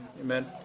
amen